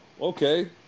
okay